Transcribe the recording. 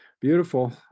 beautiful